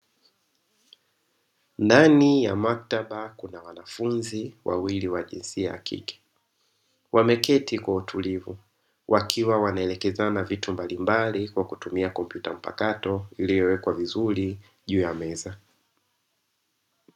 Ndani ya maktaba, kuna wanafunzi wawili wa jinsia ya kike wameketi kwa utulivu, wakiwa wanaelekezana vitu mbalimbali kwa kutumia kompyuta mpakato iliyowekwa vizuri juu ya meza.